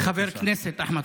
חבר הכנסת אחמד טיבי.